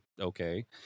okay